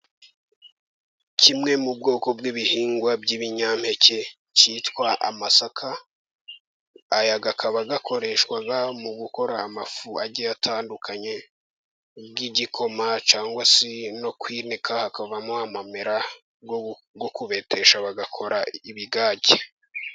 Kimwe mu bwoko bw'ibihingwa by'ibinyampeke kitwa amasaka, aya akaba akoreshwa mu gukora amafu agiye atandukanye y'igikoma, cyangwa se no kwinika hakavamo amamera yo kubetesha bagakora ibigage.